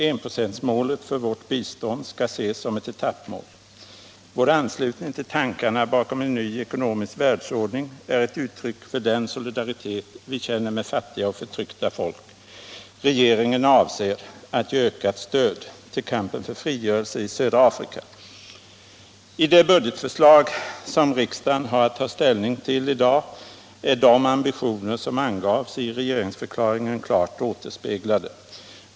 Enprocentsmålet för vårt bistånd skall ses som ett etappmål.” Vidare fastslogs: ”Vår anslutning till tankarna bakom en ny ekonomisk världsordning är ett uttryck för den solidaritet vi känner med fattiga och förtryckta folk. Regeringen avser att ge ett ökat stöd till kampen för frigörelse i södra Afrika.” I det budgetförslag som riksdagen har att ta ställning till i dag är de ambitioner som angavs i regeringsförklaringen klart återspeglade.